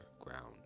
ground